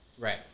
Right